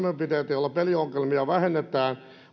joilla peliongelmia vähennetään